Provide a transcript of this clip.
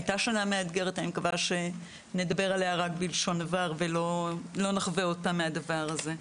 אני מקווה שנדבר עליה רק בלשון עבר ולא נחווה עוד מהדבר הזה.